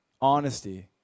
honesty